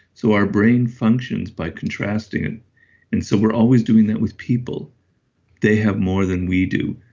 so our brain functions by contrasting it and so we're always doing that with people they have more than we do.